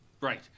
Right